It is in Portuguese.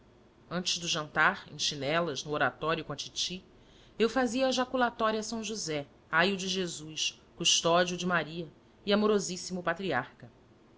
antes do jantar em chinelas no oratório com a titi eu fazia a jaculatória a são josé aio de jesus custódio de maria e amorosíssimo patriarca